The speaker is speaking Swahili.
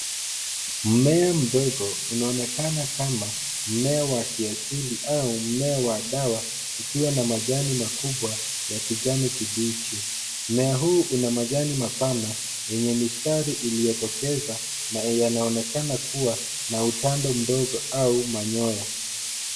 Mmea mdogo unaonekana kama mmea wa kiasili au mmea wa dawa ukiwa na majani makubwa ya kijani kibichi. Mmea huu una majani mapana yenye mistari iliyotokeza na yanaonekana kuwa na utandu mdogo au manyoya.